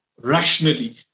rationally